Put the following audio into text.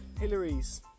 Hillary's